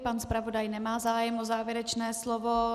Pan zpravodaj nemá zájem o závěrečné slovo.